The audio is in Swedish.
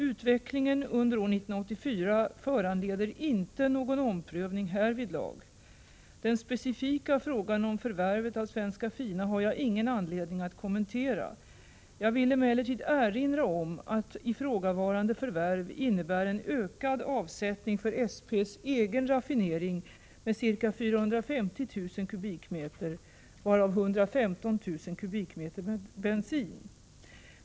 Utvecklingen under år 1984 föranleder inte någon omprövning härvidlag. Den specifika frågan om förvärvet av Svenska Fina har jag ingen anledning att kommentera. Jag vill emellertid erinra om att ifrågavarande förvärv innebär en ökad avsättning för SP:s egen raffinering med ca 450 000 m?, varav 115 000 m? bensin.